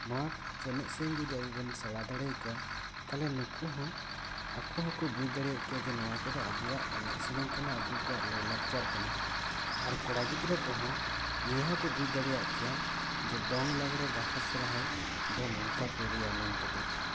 ᱱᱚᱣᱟ ᱠᱚ ᱮᱱᱮᱡ ᱥᱮᱨᱮᱧ ᱡᱚᱫᱤ ᱟᱵᱚ ᱵᱚᱱ ᱥᱮᱬᱟ ᱫᱟᱲᱮ ᱟᱠᱚᱣᱟ ᱛᱟᱦᱚᱞᱮ ᱱᱩᱠᱩ ᱦᱚᱸ ᱟᱠᱚᱠᱚ ᱵᱩᱡ ᱫᱟᱲᱮᱭᱟᱜ ᱠᱮᱭᱟ ᱡᱮ ᱱᱚᱣᱟ ᱠᱚᱫᱚ ᱟᱵᱚᱣᱟᱜ ᱮᱱᱮᱡ ᱥᱮᱨᱮᱧ ᱠᱟᱱᱟ ᱟᱵᱚᱠᱚᱣᱟᱜ ᱞᱟᱹᱭᱞᱟᱠᱪᱟᱨ ᱠᱟᱱᱟ ᱟᱨ ᱠᱚᱲᱟ ᱜᱤᱫᱽᱨᱟᱹ ᱠᱚᱦᱚ ᱱᱤᱭᱟᱹ ᱦᱚᱠᱚ ᱵᱩᱡ ᱫᱟᱲᱮᱭᱟᱜ ᱠᱮᱭᱟ ᱡᱮ ᱫᱚᱝ ᱞᱟᱜᱽᱲᱮ ᱵᱟᱦᱟ ᱥᱚᱦᱚᱨᱟᱭ ᱫᱚ ᱱᱚᱝᱠᱟ ᱠᱚ ᱨᱩᱭᱟ ᱢᱮᱱᱛᱮ ᱫᱚ